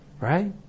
Right